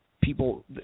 people